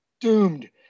doomed